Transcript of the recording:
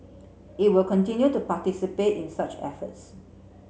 it will continue to participate in such efforts